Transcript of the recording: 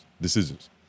decisions